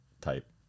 type